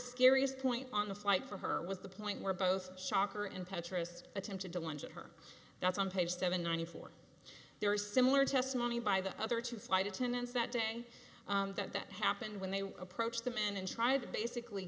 scariest point on the flight for her was the point where both shakur and petraeus attempted to lunge at her that's on page seven ninety four there is similar testimony by the other two flight attendants that day that that happened when they approached the man and tried to basically